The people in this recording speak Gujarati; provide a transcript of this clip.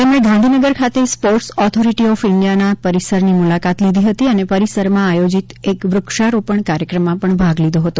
તેમણે ગાંધીનગર ખાતે સ્પોર્ટ્સ ઑથોરિટી ઑફ ઇન્ડિયાના પરિસરની મુલાકાત લીધી હતી અને પરિસરમાં આયોજિત એક વૃક્ષારોપણ કાર્યક્રમમાં ભાગ લીધો હતો